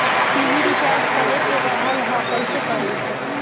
TV recharge करे के रहल ह कइसे करी?